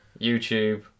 YouTube